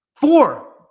Four